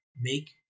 make